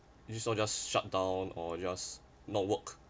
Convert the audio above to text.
it is all just you just shut down or just not work